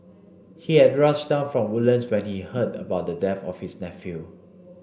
he had rushed down from Woodlands when he heard about the death of his nephew